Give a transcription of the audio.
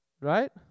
Right